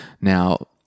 now